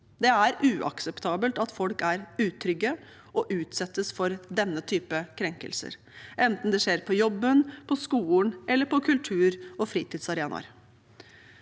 Det er uakseptabelt at folk er utrygge og utsettes for denne type krenkelser, enten det skjer på jobben, på skolen eller på kultur- og fritidsarenaer.